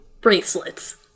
bracelets